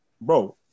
Bro